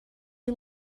you